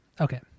Okay